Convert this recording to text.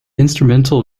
instrumental